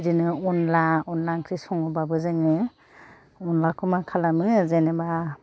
बिदिनो अनला अनला ओंख्रि सङोबाबो जोङो अनलाखौ मा खालामो जेनोबा